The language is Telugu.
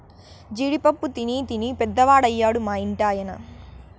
జీడి పప్పు తినీ తినీ పెద్దవాడయ్యాడు మా ఇంటి ఆయన